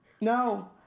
No